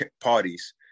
parties